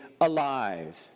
alive